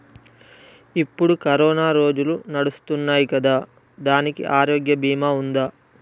ఇప్పుడు కరోనా రోజులు నడుస్తున్నాయి కదా, దానికి ఆరోగ్య బీమా ఉందా?